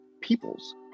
peoples